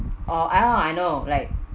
or ah I know like